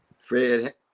Fred